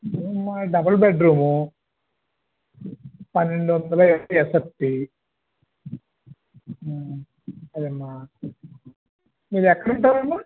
అవును మా double bedroom పన్నెండు వందల ఎస్ఎస్టి అవును అది అమ్మా మీరు ఎక్కడ ఉంటారు అమ్మా